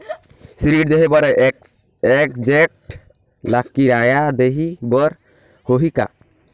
ऋण देहे बर एजेंट ला किराया देही बर होही का?